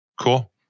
Cool